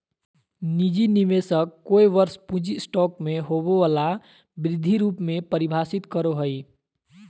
निजी निवेशक कोय वर्ष पूँजी स्टॉक में होबो वला वृद्धि रूप में परिभाषित करो हइ